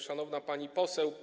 Szanowna Pani Poseł!